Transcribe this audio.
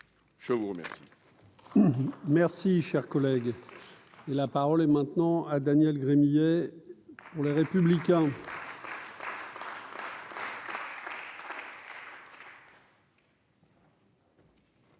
Je vous remercie, merci, cher collègue. Et la parole est maintenant à Daniel Gremillet pour les républicains. Monsieur